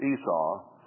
Esau